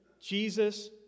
Jesus